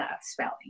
spelling